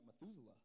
Methuselah